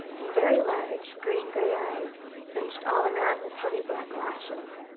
and very large, green-gray eyes fringed all around with heavy black lashes.